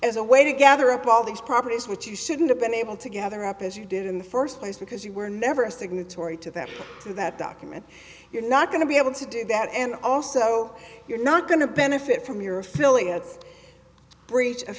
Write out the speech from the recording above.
as a way to gather up all these properties which you shouldn't have been able to gather up as you did in the first place because you were never a signatory to that to that document you're not going to be able to do that and also you're not going to benefit from your affiliates breach of